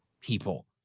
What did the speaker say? people